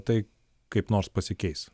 tai kaip nors pasikeis